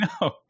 No